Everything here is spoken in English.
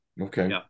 Okay